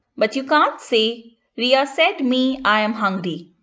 but you can't say riya said me i am hungry.